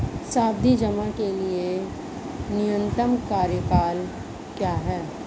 सावधि जमा के लिए न्यूनतम कार्यकाल क्या है?